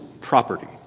property